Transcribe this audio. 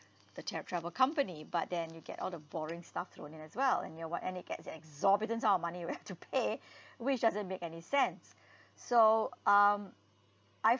the ta~ travel company but then you get all the boring stuff thrown in as well and you know what and it gets an exorbitant sum of money you have to pay which doesn't make any sense so um I